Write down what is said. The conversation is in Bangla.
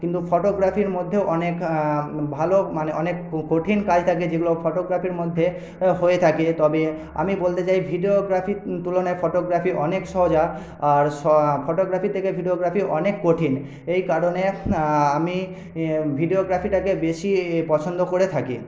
কিন্তু ফটোগ্রাফির মধ্যেও অনেক ভালো মানে অনেক কঠিন কাজ থাকে যেগুলো ফটোগ্রাফির মধ্যে হয়ে থাকে তবে আমি বলতে চাই ভিডিওগ্রাফির তুলনায় ফটোগ্রাফি অনেক সোজা আর ফটোগ্রাফির থেকে ভিডিওগ্রাফি অনেক কঠিন এই কারণে আমি ভিডিওগ্রাফিটাকে বেশী পছন্দ করে থাকি